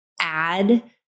add